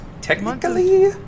Technically